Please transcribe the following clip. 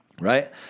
right